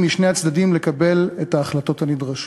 משני הצדדים לקבל את ההחלטות הנדרשות,